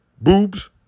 boobs